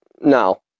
No